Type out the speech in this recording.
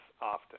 often